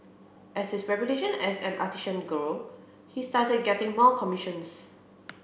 as his reputation as an artisan grew he started getting more commissions